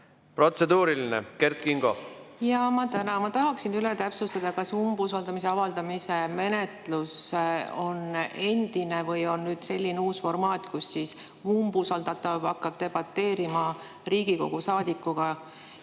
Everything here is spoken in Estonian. Protseduuriline, Kert Kingo.